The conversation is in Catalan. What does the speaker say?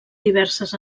diverses